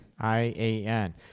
I-A-N